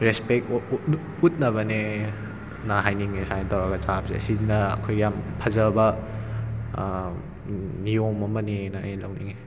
respect ꯎꯠꯅꯕꯅꯦꯅ ꯍꯥꯏꯅꯤꯡꯉꯦ ꯁꯨꯃꯥꯏꯅ ꯇꯧꯔꯒ ꯆꯥꯕꯁꯦ ꯑꯁꯤꯅ ꯑꯩꯈꯣꯏꯒꯤ ꯌꯥꯝ ꯐꯖꯕ ꯅꯤꯌꯣꯝ ꯑꯃꯅꯦꯅ ꯑꯩꯅ ꯂꯧꯅꯤꯡꯉꯦ